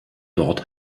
dort